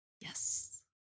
Yes